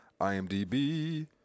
IMDb